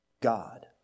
God